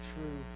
true